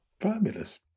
Fabulous